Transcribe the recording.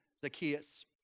Zacchaeus